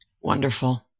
Wonderful